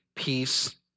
peace